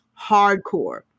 hardcore